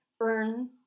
earn